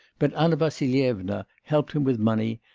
but anna vassilyevna helped him with money,